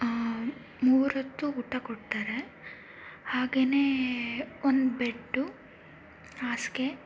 ಮೂರೊತ್ತು ಊಟ ಕೊಡ್ತಾರೆ ಹಾಗೆಯೇ ಒಂದು ಬೆಡ್ಡು ಹಾಸಿಗೆ